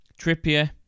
Trippier